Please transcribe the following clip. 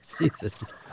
Jesus